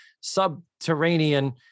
subterranean